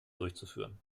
durchzuführen